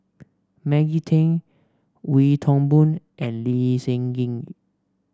Maggie Teng Wee Toon Boon and Lee Seng Gee